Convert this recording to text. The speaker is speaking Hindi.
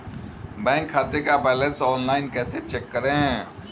बैंक खाते का बैलेंस ऑनलाइन कैसे चेक करें?